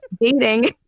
dating